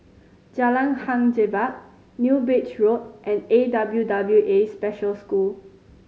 Jalan Hang Jebat New Bridge Road and A W W A Special School